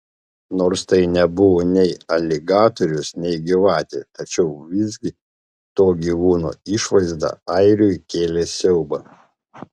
nors tai nebuvo nei aligatorius nei gyvatė tačiau visgi to gyvūno išvaizda airiui kėlė siaubą